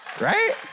right